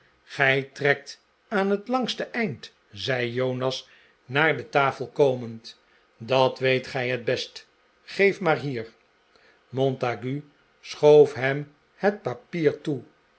trekt aan het langste eind zei jonas naar de tafel komend dat weet gij het best geef maar hier montague schoof hem het papier toe